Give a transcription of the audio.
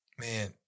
man